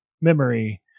memory